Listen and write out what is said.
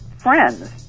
Friends